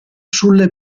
sulle